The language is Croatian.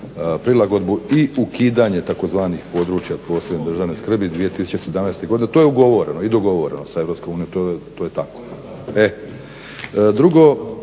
prilagodbu i ukidanje tzv. područja od posebne državne skrbi 2017. godine. To je ugovoreno i dogovoreno sa EU, to je tako.